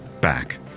back